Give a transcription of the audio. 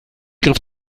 griff